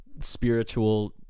spiritual